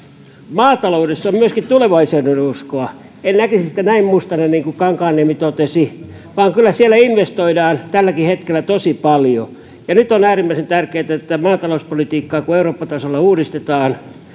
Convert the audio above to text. maataloudessa on myöskin tulevaisuudenuskoa en näkisi sitä näin mustana kuin kankaanniemi totesi vaan kyllä siellä investoidaan tälläkin hetkellä tosi paljon ja nyt on äärimmäisen tärkeätä että kun tätä maatalouspolitiikkaa eurooppa tasolla uudistetaan